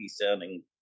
sounding